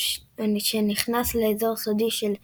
או שנכנס לאזור סודי של הטירה,